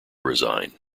resign